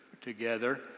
together